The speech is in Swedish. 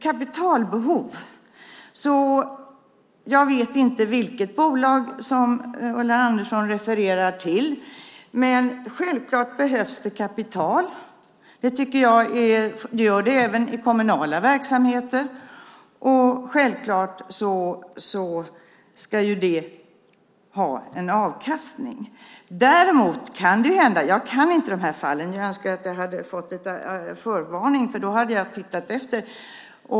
Jag vet inte vilket bolag Ulla Andersson refererar till, men när det gäller kapitalbehov är det självklart att det behövs kapital. Det gör det även i kommunala verksamheter, och självklart ska de ha en avkastning. Jag kan inte de här fallen. Jag önskar att jag hade fått lite förvarning, för då hade jag tittat efter.